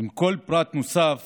עם כל פרט נוסף